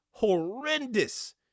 horrendous